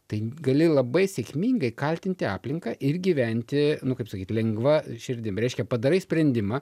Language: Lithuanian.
tai gali labai sėkmingai kaltinti aplinką ir gyventi nu kaip sakyt lengva širdim reiškia padarai sprendimą